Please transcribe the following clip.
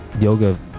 yoga